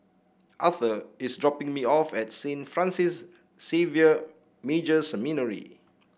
Aurthur is dropping me off at Saint Francis Xavier Major Seminary